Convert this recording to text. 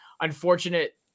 unfortunate